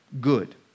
good